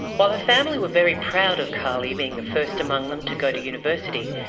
while her family were very proud of karlie being the first among them to go to university,